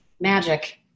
magic